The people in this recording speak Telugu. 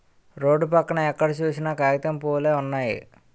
రోడ్డు పక్కన ఎక్కడ సూసినా కాగితం పూవులే వున్నయి